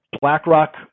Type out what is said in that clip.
blackrock